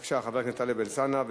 בבקשה, חבר הכנסת טלב אלסאנע.